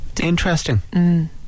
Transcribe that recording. Interesting